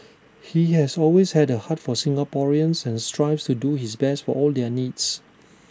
he has always had A heart for Singaporeans and strives to do his best for all their needs